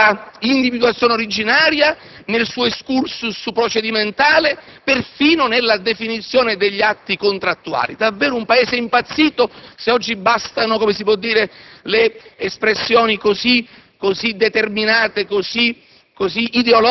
nella sua individuazione originaria, nel suo *excursus* procedimentale e perfino nella definizione degli atti contrattuali. Davvero un Paese impazzito, se oggi bastano le espressioni così determinate ed